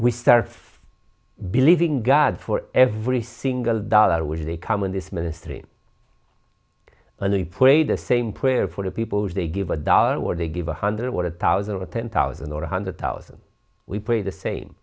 we start believing god for every single dollar which they come in this ministry and they prayed the same prayer for the people they give a dollar or they give a hundred thousand or ten thousand or a hundred thousand we pay the same